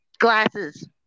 glasses